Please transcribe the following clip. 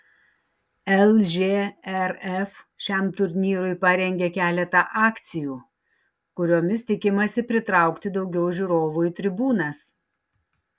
lžrf šiam turnyrui parengė keletą akcijų kuriomis tikimasi pritraukti daugiau žiūrovų į tribūnas